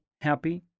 happy